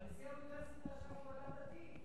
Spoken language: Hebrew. אבל נשיא האוניברסיטה שם הוא אדם דתי.